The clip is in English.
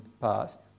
past